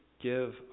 give